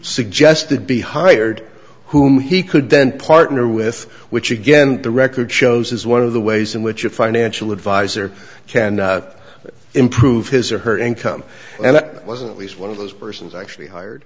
suggested be hired whom he could then partner with which again the record shows as one of the ways in which a financial advisor can improve his or her income and that wasn't least one of those persons actually hired